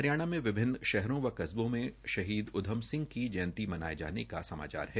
आज हरियाणा में विभिन्न शहरों व कस्बों में शहीद उधम सिंह की जयंती मनाये जाने के समाचार हैं